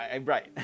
right